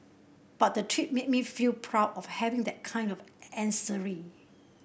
but the trip made me feel proud of having that kind of ancestry